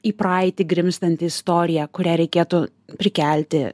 į praeitį grimztanti istorija kurią reikėtų prikelti